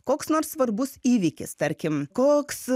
koks nors svarbus įvykis tarkim koks